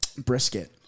brisket